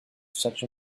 such